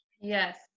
yes